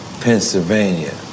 Pennsylvania